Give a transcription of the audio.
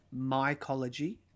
mycology